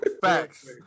Facts